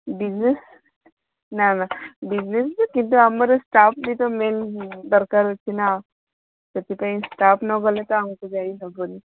business ନା ନା business ଯେ କିନ୍ତୁ ଆମର ଷ୍ଟାଫ୍ ବି ତ ମେନ୍ ଦରକାର ଅଛି ନା ସେଥିପାଇଁ ଷ୍ଟାଫ୍ ନ ଗଲେ ତ ଆମକୁ ଯାଇ ହେବନି